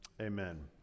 Amen